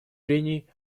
прений